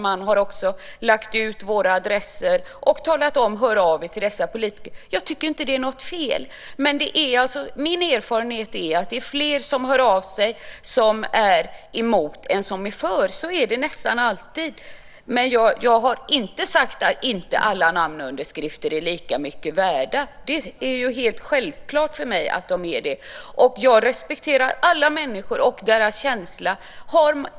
Man har också lagt ut våra adresser och uppmanat människor att höra av sig till politikerna. Jag tycker inte att det är något fel. Min erfarenhet är att det är fler som hör av sig som är emot än som är för. Så är det nästan alltid. Jag har inte sagt att inte alla namnunderskrifter är lika mycket värda. Det är helt självklart för mig att de är det. Jag respekterar alla människor och deras känsla.